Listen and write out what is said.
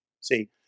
See